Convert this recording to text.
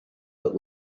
but